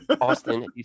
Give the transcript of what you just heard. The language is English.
Austin